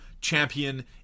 champion